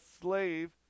slave